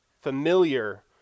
familiar